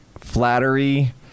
Flattery